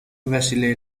وسیله